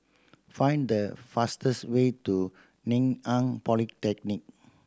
find the fastest way to Ngee Ann Polytechnic